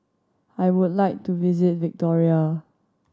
I would like to visit Victoria